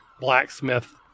blacksmith